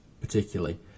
particularly